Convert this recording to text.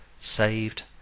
saved